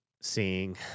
seeing